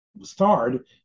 starred